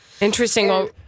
Interesting